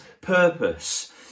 purpose